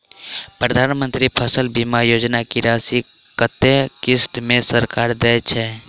प्रधानमंत्री फसल बीमा योजना की राशि कत्ते किस्त मे सरकार देय छै?